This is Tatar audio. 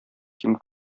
ким